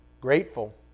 grateful